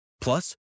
Plus